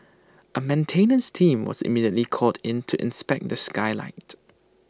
A maintenance team was immediately called in to inspect the skylight